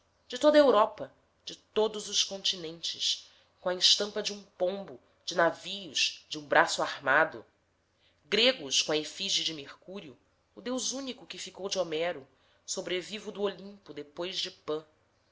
de toda a europa de todos os continentes com a estampa de um pombo de navios de um braço armado gregos com a efígie de mercúrio o deus único que ficou de homero sobrevivo do olimpo depois de pã